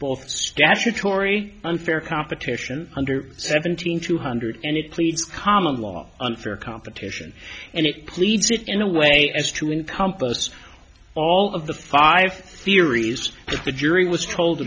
both statutory unfair competition under seventeen two hundred and it pleads common law unfair competition and it pleads it in a way as to encompass all of the five theories that the jury was told